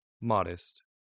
modest